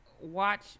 watch